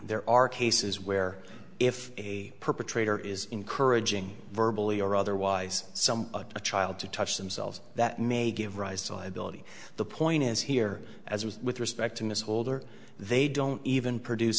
there are cases where if a perpetrator is encouraging verbal e or otherwise some a child to touch themselves that may give rise to liability the point is here as with respect to mr holder they don't even produce